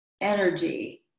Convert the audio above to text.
energy